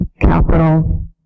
capital